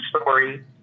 story